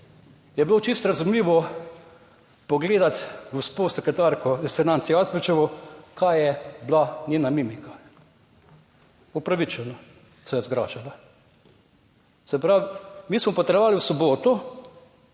Je bilo čisto razumljivo pogledati gospo sekretarko iz financ Jazbečevo, kaj je bila njena mimika. Upravičeno se je zgražala. Se pravi, mi smo potrjevali v soboto,